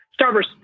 Starburst